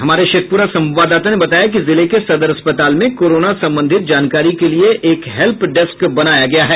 हमारे शेखप्रा संवाददाता ने बताया कि जिले के सदर अस्पताल में कोरोना संबंधित जानकारी के लिये एक हेल्प डेस्क बनाया गया है